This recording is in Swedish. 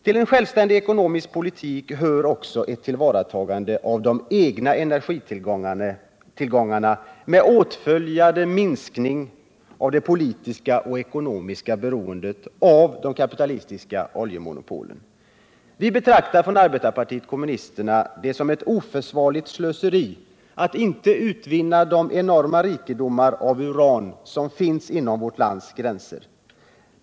Till en självständig ekonomisk politik hör också ett tillvaratagande av de egna energitillgångarna med åtföljande minskning av det politiska och ekonomiska beroendet av de kapitalistiska oljemonopolen. Arbetarpartiet kommunisterna betraktar det som ett oförsvarligt slöseri att inte utvinna de enorma rikedomar av uran som finns inom vårt lands gränser.